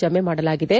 ಜಮೆ ಮಾಡಲಾಗಿದೆ